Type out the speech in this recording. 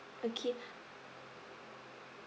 okay